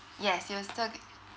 yes you'll still